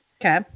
Okay